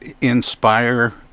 inspire